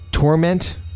torment